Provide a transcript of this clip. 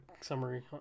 summary